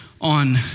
on